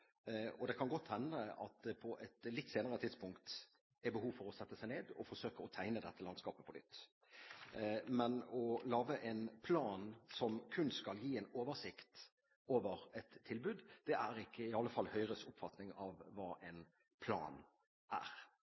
og det kan godt hende at det på et litt senere tidspunkt er behov for å sette seg ned og forsøke å tegne dette landskapet på nytt. Men å lage en plan som kun skal gi en oversikt over et tilbud, er iallfall ikke Høyres oppfatning av hva en plan er.